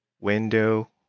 Window